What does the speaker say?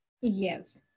Yes